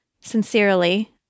Sincerely